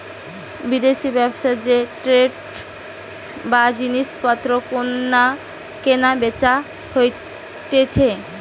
বিদেশি ব্যবসায় যে ট্রেড বা জিনিস পত্র কেনা বেচা হতিছে